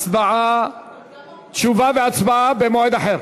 תשובה והצבעה במועד אחר.